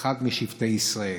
אחד משבטי ישראל,